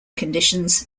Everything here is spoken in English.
conditions